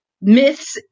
myths